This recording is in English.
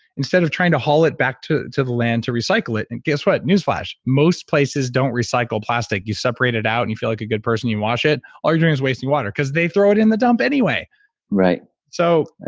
instead of trying to haul it back to to the land to recycle it. and guess what newsflash, most places don't recycle plastic. you separate it out and you feel like a good person and you wash it, all you're doing is wasting water, because they throw it in the dump anyway right. right. ah